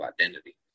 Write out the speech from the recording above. identity